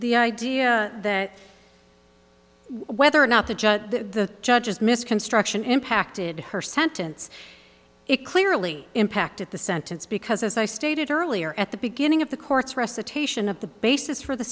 the idea that whether or not the judge the judge is misconstruction impacted her sentence it clearly impacted the sentence because as i stated earlier at the beginning of the court's recitation of the basis for the